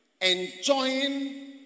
Enjoying